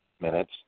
minutes